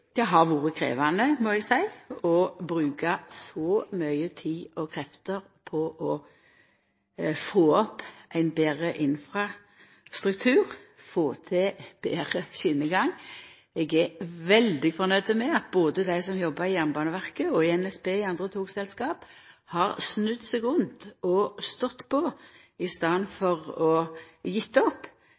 å bruka så mykje tid og krefter på å få opp ein betre infrastruktur – få til betre skjenegang. Eg er veldig fornøgd med at dei som jobbar i Jernbaneverket, i NSB og i andre togselskap har snudd seg rundt og stått på i staden for å gje opp.